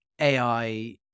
ai